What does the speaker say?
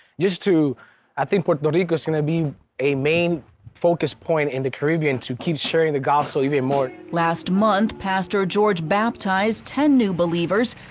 just to i think puerto rico is going to be a main focus point in the caribbean to keep sharing the gospel even more. heather last month pastor george baptized ten new believers,